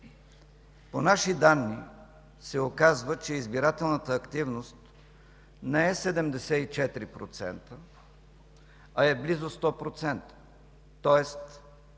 По наши данни се оказва, че избирателната активност не е 74%, а е близо 100%, тоест в